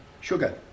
sugar